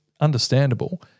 understandable